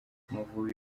amavubi